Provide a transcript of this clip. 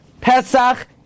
Pesach